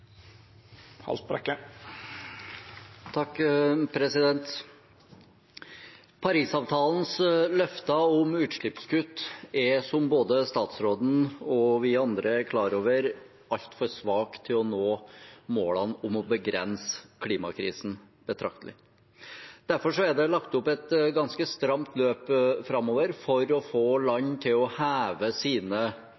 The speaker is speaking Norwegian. Parisavtalens løfter om utslippskutt er, som både statsråden og vi andre er klar over, altfor svake til å nå målene om å begrense klimakrisen betraktelig. Derfor er det lagt opp et ganske stramt løp framover for å få